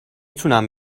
تونم